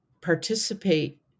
participate